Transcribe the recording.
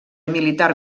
militar